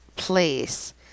place